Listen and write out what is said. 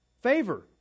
favor